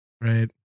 right